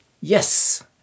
Yes